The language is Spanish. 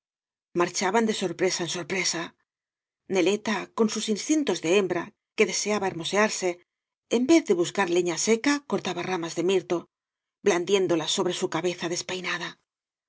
marchaban de sorpresa en sorpresa neleta con sus instintos de hembra que desea hermosear se en vez de buscar leña seca cortaba ramas de mirto biandiéndolas sobre su cabeza despeinada después